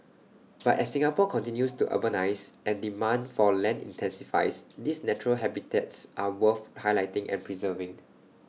but as Singapore continues to urbanise and demand for land intensifies these natural habitats are worth highlighting and preserving